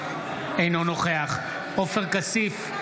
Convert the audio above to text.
אינו נוכח עופר כסיף,